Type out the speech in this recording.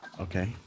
Okay